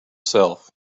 self